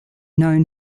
known